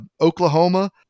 Oklahoma